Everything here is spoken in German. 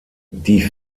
die